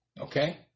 Okay